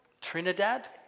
Trinidad